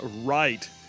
right